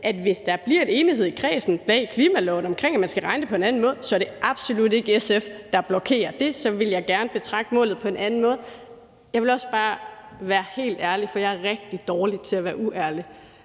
at det, hvis der i kredsen bag klimaloven bliver en enighed om, at man skal beregne det på en anden måde, så absolut ikke er SF, der blokerer det, og at jeg så også gerne vil betragte målet på en anden måde. Jeg vil også bare være helt ærlig og sige – for jeg er rigtig dårlig til at være uærlig